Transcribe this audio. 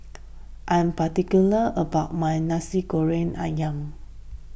I'm particular about my Nasi Goreng Ayam